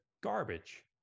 garbage